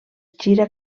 gira